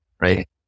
right